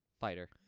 Fighter